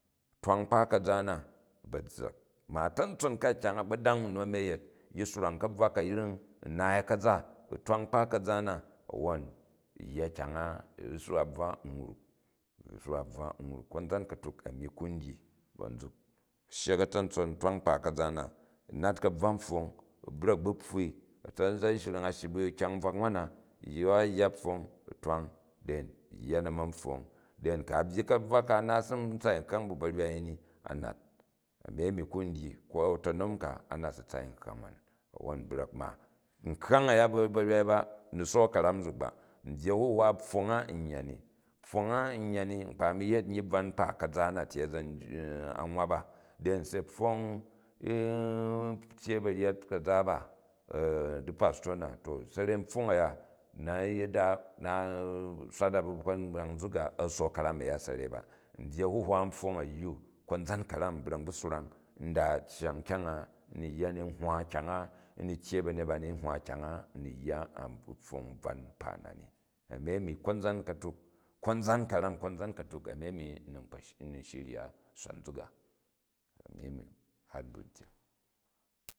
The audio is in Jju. U̱ twang kpa ka̱za na u zzak. Ma a̱ta̱ntson kam kyang a a̱gbodang u nu a̱ni a̱ yet, yi swrang ka̱bvwa karing u naai ka̱za, u twang kpa ka̱za na, awwon u̱ yya kyang a, u̱ si wa bvwa m wruk, u̱ si na bvwa n wruk, konzan ka̱tuk a̱ni ku n dyi ba̱ n nzuk. N shyek a̱ta̱ntsaon tway kpa ka̱za na, n nat ka̱bvwa pfong, u bra̱k u bu pfwu a̱za̱nshring a shyi bu kyang bvak nwan na, u ra yya pfong u twong than u yya na̱ pfong. Tha ku̱ g byyi ka̱bvwa ka a naat si ntsaai nkhang bu ba̱rwai ni a nat. Ami a̱ni ku n dyi, ko a̱ta̱non. Ka a nat u si tsaai nkhang nwon na a̱uwon u brak. Ma nkhang a̱ya bu ba̱rywai ba, ni sook ka̱ram nzuk ba, n byyi a̱huhwa pfong a u yya ni, pfong a n yya ni nkpa a̱ni yet nyyi bvwan kpa kaza na tyei a̱za̱n an wap a thar se pfong tyyei ba̱ryet ka̱za ba chipastorna, to sa̱re, a npfong a̱ya nna yada swal a bu ba̱kpindang nzuk a, a̱ sook karam aya sa̱rei ba. N byyi a̱huhna npfong a̱ywu konza ka̱ran n brak n bu swrang n da cyang kyang a, nui yiyan ni. n hwa kyang a, n ni tyyei ba̱nyet ba ni, n hwa kyang a ni ni yya a pfong bvan kpa na ni. Ami a̱mi konza ka̱tuk, konzan ka̱ran, konza, katuk a̱nni a̱nni n ni shrya swat nzuk a, ami ami har n bu ntyak